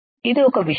ఇది ఒక విషయం